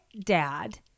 dad